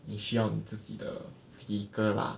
你需要自己的 vehicle lah